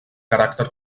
caràcter